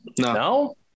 No